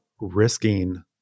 risking